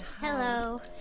Hello